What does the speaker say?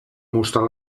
mostrar